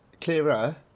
clearer